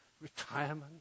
retirement